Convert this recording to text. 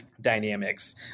dynamics